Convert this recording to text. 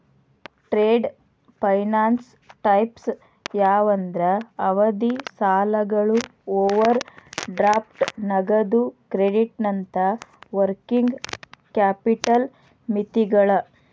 trade finance types ಯಾವಂದ್ರ ಅವಧಿ ಸಾಲಗಳು ಓವರ್ ಡ್ರಾಫ್ಟ್ ನಗದು ಕ್ರೆಡಿಟ್ನಂತ ವರ್ಕಿಂಗ್ ಕ್ಯಾಪಿಟಲ್ ಮಿತಿಗಳ